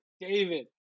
David